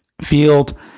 field